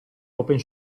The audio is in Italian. open